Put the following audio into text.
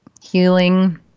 healing